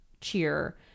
cheer